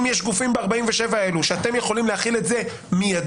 אם יש גופים ב-47 האלו שאתם יכולים להחיל את זה מידית